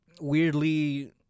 weirdly